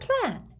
plan